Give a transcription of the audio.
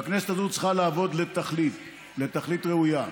והכנסת הזאת צריכה לעבוד לתכלית, לתכלית ראויה.